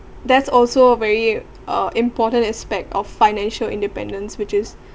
there's also very uh important aspect of financial independence which is